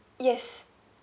yes